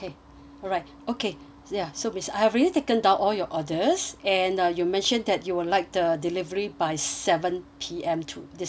okay ya so miss I've already taken down all your orders and uh you mentioned that you'd like the delivery by seven P_M to this evening